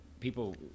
people